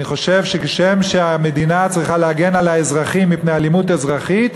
אני חושב שכשם שהמדינה צריכה להגן על האזרחים מפני אלימות אזרחית,